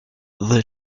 the